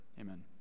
Amen